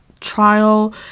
trial